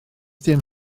dim